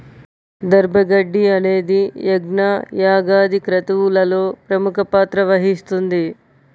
దర్భ గడ్డి అనేది యజ్ఞ, యాగాది క్రతువులలో ప్రముఖ పాత్ర వహిస్తుంది